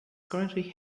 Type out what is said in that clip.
currently